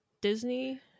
Disney